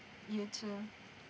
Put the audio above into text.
you too